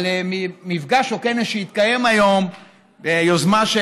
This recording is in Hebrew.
על מפגש או כנס שהתקיים היום ביוזמה של